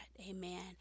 amen